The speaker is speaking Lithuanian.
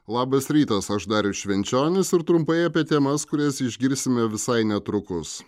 labas rytas aš darius švenčionis ir trumpai apie temas kurias išgirsime visai netrukus